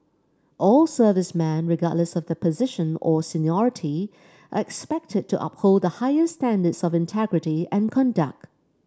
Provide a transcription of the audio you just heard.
all servicemen regardless of the position or seniority are expected to uphold the highest standards of integrity and conduct